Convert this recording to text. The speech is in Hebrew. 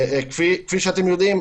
כפי שאתם יודעים,